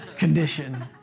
condition